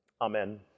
Amen